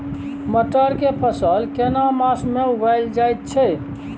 मटर के फसल केना मास में उगायल जायत छै?